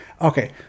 Okay